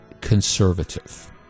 conservative